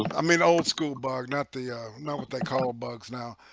i mean old school bog not the know what they call a bugs now,